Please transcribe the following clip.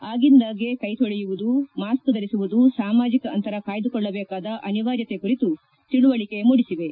ಆಗ್ಗಿಂದ್ದಾಗೆ ಕೈ ತೊಳೆಯುವುದು ಮಾಸ್ಕ್ ಧರಿಸುವುದು ಸಾಮಾಜಿಕ ಅಂತರ ಕಾಯ್ದುಕೊಳ್ಳಬೇಕಾದ ಅನಿವಾರ್ಯತೆ ಕುರಿತು ತಿಳುವಳಿಕೆ ಮೂಡಿಸಿವೆ